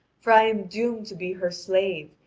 for i am doomed to be her slave,